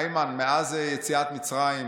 איימן, מאז יציאת מצרים,